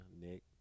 Nick